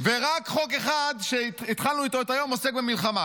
ורק חוק אחד, שהתחלנו בו את היום, עוסק במלחמה.